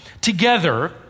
together